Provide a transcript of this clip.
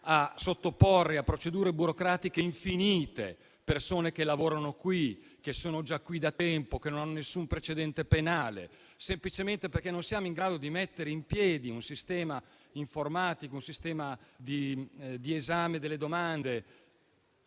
a sottoporre a procedure burocratiche infinite persone che lavorano qui, che sono già qui da tempo, che non hanno nessun precedente penale, semplicemente perché non siamo in grado di mettere in piedi un sistema informatico di esame delle domande?